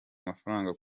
amafaranga